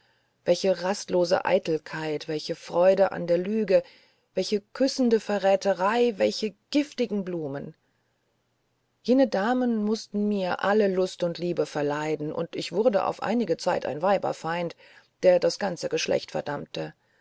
welche rastlose eitelkeit welche freude an der lüge welche küssende verräterei welche giftige blumen jene damen wußten mir alle lust und liebe zu verleiden und ich wurde auf einige zeit ein weiberfeind der das ganze geschlecht verdammte